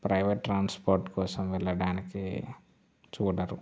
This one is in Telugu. ప్రైవేట్ ట్రాన్స్పోర్ట్ కోసం వెళ్ళడానికి చూడరు